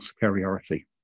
superiority